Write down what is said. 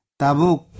tabuk